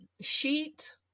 sheet